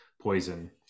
poison